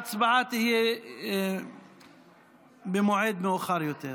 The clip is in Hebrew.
לא, ההצבעה תהיה במועד מאוחר יותר.